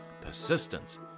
persistence